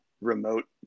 remote